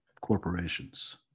corporations